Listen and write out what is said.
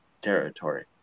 territory